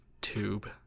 tube